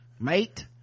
Mate